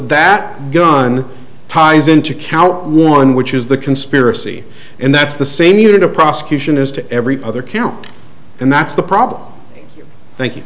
that gun ties into count one which is the conspiracy and that's the same unit a prosecution is to every other count and that's the problem thank you